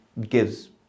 gives